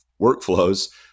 workflows